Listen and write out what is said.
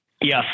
Yes